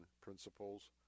principles